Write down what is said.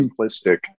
simplistic